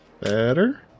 Better